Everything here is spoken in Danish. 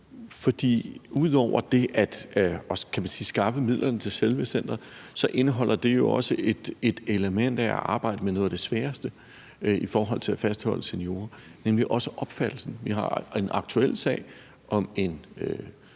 for ud over det at skaffe midlerne til selve centeret indeholder det jo også et element af at arbejde med noget af det sværeste i forhold til at fastholde seniorer, nemlig opfattelsen. Vi har en aktuel sag om en